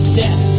death